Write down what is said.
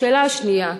השאלה השנייה,